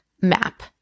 map